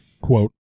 quote